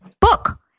Book